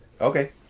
Okay